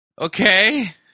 Okay